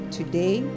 today